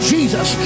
Jesus